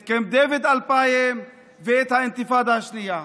את קמפ דייוויד 2000 ואת האינתיפאדה השנייה.